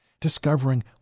discovering